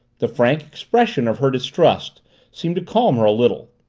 the frank expression of her distrust seemed to calm her a little.